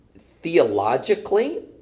theologically